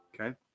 Okay